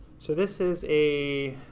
so this is a